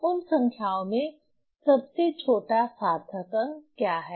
उन संख्याओं में सबसे छोटा सार्थक अंक क्या है